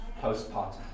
postpartum